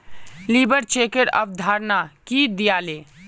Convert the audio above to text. labour चेकेर अवधारणा के दीयाले